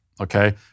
okay